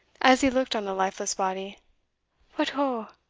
as he looked on the lifeless body but oh!